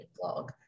blog